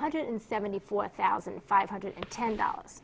hundred seventy four thousand five hundred ten dollars